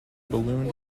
balloon